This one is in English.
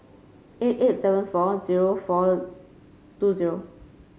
eight eight seven four zero four two zero